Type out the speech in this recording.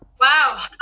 Wow